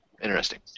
interesting